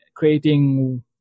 creating